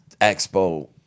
expo